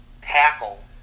tackle